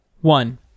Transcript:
one